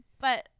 but-